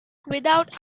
without